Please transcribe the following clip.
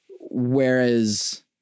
whereas